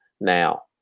now